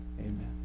Amen